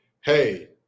hey